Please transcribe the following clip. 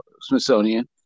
Smithsonian